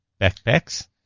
backpacks